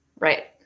Right